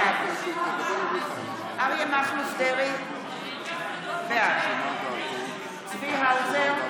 בעד אריה מכלוף דרעי, בעד צבי האוזר,